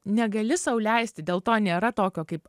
negali sau leisti dėl to nėra tokio kaip